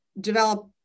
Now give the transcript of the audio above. develop